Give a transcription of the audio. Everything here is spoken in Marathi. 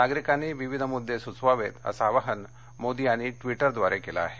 नागरिकांनी विविध मुद्दे सुचवावेत अस आवाहन मोदी यांनी ट्वीटरद्वारे केलं आहे